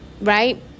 right